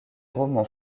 romans